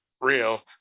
real